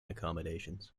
accommodations